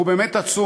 הוא באמת עצום.